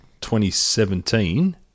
2017